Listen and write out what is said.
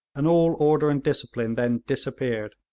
and all order and discipline then disappeared.